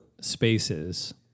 spaces